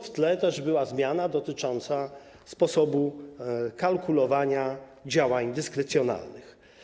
W tle była też zmiana dotycząca sposobu kalkulowania działań dyskrecjonalnych.